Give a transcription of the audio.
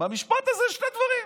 במשפט הזה שני דברים.